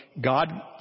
God